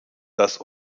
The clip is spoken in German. dass